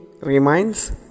reminds